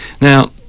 Now